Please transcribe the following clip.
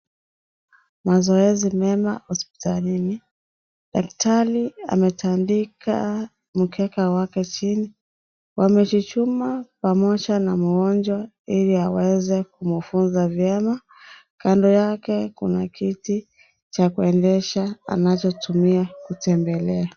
Mazoezi mema hospitalini. Daktari ametandika mkeka wake chini. Wamechuchumaa pamoja na mgonjwa ili aweze kumfunza vyema. Kando yake una kiti cha kuendesha anachotumia kutembelea.